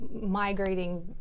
migrating